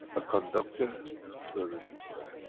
a conductor to a resistor.